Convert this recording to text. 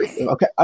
Okay